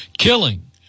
Killing